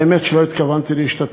האמת היא שלא התכוונתי להשתתף,